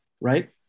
right